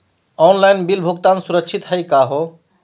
Online bill भुगतान सुरक्षित हई का हो?